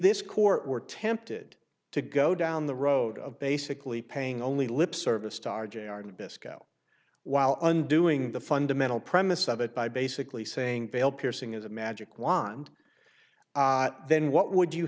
this court were tempted to go down the road of basically paying only lip service to r j our nabisco while undoing the fundamental premise of it by basically saying vale piercing is a magic wand then what would you